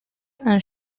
and